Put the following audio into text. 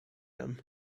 him